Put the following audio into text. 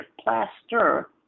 plaster